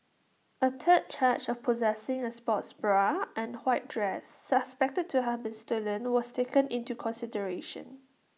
A third charge of possessing A sports bra and white dress suspected to have been stolen was taken into consideration